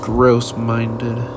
Gross-minded